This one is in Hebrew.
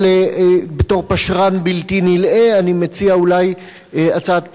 אבל בתור פשרן בלתי נלאה אני מציע אולי הצעת פשרה,